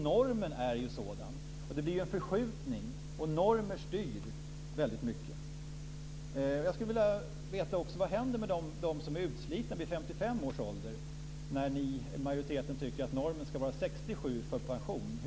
Normen är ju sådan - det blir en förskjutning - och normer styr väldigt mycket. Jag skulle också vilja veta vad som händer med dem som vid 55 års ålder är utslitna; ni i majoriteten tycker ju att normen för pension ska vara 67 års ålder.